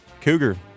Cougar